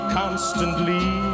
constantly